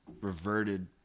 reverted